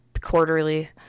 quarterly